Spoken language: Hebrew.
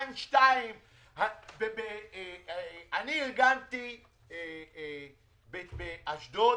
2.2%. באשדוד